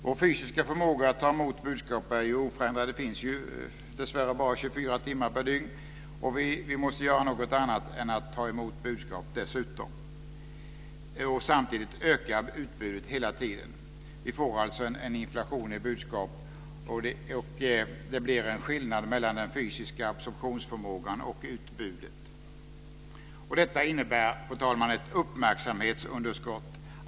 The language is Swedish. Vår fysiska förmåga att ta emot budskap är oförändrad - det finns dessvärre bara 24 timmar per dygn - och vi måste dessutom göra något annat än att ta emot budskap. Samtidigt ökar utbudet hela tiden. Vi får alltså en inflation i budskap, och det blir en skillnad mellan den fysiska absorptionsförmågan och utbudet. Detta innebär, fru talman, ett uppmärksamhetsunderskott.